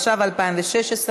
התשע"ו 2016,